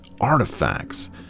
artifacts